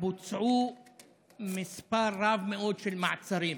בוצעו מספר רב מאוד של מעצרים